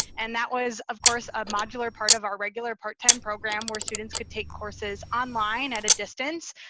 and that was of course, a modular part of our regular part-time program, where students could take courses online at a distance,